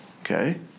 Okay